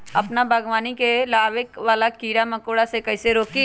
अपना बागवानी में आबे वाला किरा मकोरा के कईसे रोकी?